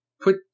put